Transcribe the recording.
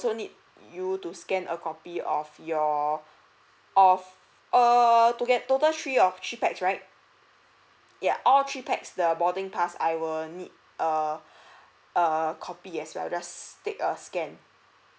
still need you to scan a copy of your of err to get total three of three pax right ya all three pax the boarding pass I will need err err copy as well just take a scan